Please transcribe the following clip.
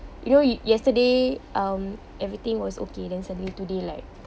you know you yesterday um everything was okay then suddenly today like